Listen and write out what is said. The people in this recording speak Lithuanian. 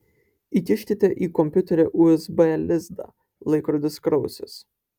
įkišite į kompiuterio usb lizdą laikrodis krausis